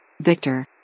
Victor